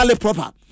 proper